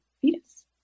fetus